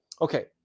Okay